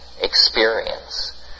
experience